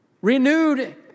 renewed